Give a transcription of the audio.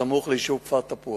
הסמוך ליישוב כפר-תפוח.